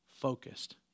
focused